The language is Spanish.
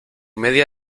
media